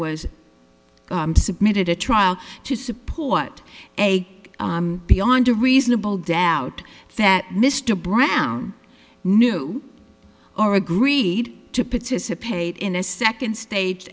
was submitted to trial to support a beyond a reasonable doubt that mr brown knew or agreed to participate in a second stage